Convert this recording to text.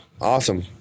Awesome